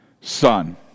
Son